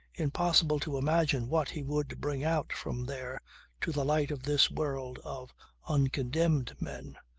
impossible to imagine what he would bring out from there to the light of this world of uncondemned men.